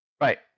Right